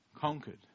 conquered